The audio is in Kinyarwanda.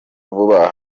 vuba